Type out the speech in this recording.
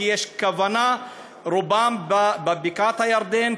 רובן בבקעת-הירדן,